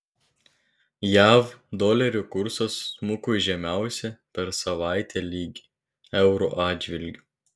jav dolerio kursas smuko į žemiausią per savaitę lygį euro atžvilgiu